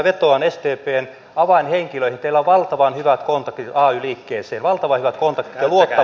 teillä on valtavan hyvät kontaktit ay liikkeeseen ja luottamus